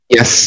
Yes